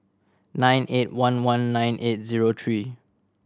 nine eight one one nine eight zero three